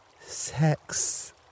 Sex